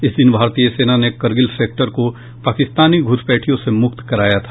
इस दिन भारतीय सेना ने करगिल सेक्टर को पाकिस्तानी घुसपैठियों से मुक्त कराया था